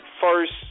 first